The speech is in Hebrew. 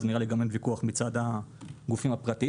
ונראה לי שגם אין על כך ויכוח מצד הגופים הפרטיים,